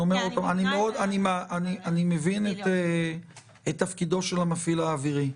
אני מבין את תפקידו של המפעיל האווירי.